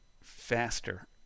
faster